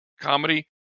comedy